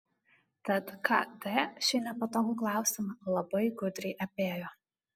tad kt šį nepatogų klausimą labai gudriai apėjo